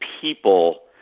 people